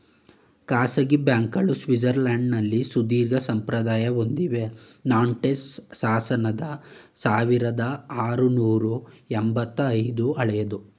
ಖಾಸಗಿ ಬ್ಯಾಂಕ್ಗಳು ಸ್ವಿಟ್ಜರ್ಲ್ಯಾಂಡ್ನಲ್ಲಿ ಸುದೀರ್ಘಸಂಪ್ರದಾಯ ಹೊಂದಿವೆ ನಾಂಟೆಸ್ ಶಾಸನದ ಸಾವಿರದಆರುನೂರು ಎಂಬತ್ತ ಐದು ಹಳೆಯದು